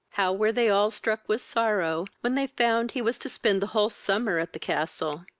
how were they all struck with sorrow when they found he was to spend the whole summer at the castle.